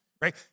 right